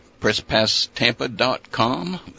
presspasstampa.com